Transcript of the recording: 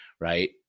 right